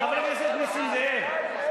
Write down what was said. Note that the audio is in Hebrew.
חבר הכנסת נסים זאב,